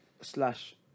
slash